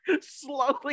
slowly